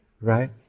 right